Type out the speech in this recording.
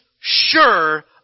sure